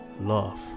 love